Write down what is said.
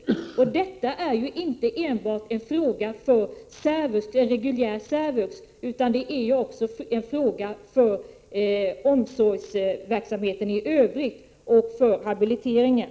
Det är ju inte bara en fråga som gäller för reguljär särvux utan också för omsorgsverksamheten i övrigt och för habiliteringen.